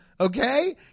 Okay